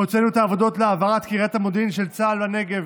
הוצאנו את העבודות להעברת קריית המודיעין של צה"ל לנגב.